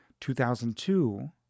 2002